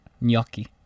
Gnocchi